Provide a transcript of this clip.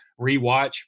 rewatch